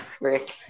Rick